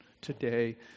today